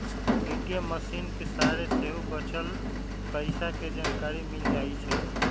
ATM मशीनके सहारे सेहो बच्चल पइसा के जानकारी मिल जाइ छइ